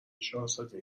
شاهزاده